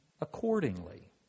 accordingly